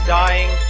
dying